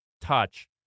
touch